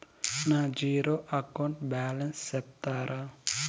నా zero account balance సెప్తారా?